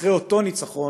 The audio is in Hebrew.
אחרי אותו ניצחון,